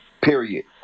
period